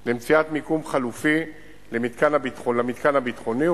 של מציאת מיקום חלופי למתקן הביטחוני,